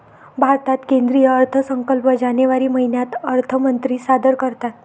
भारतात केंद्रीय अर्थसंकल्प जानेवारी महिन्यात अर्थमंत्री सादर करतात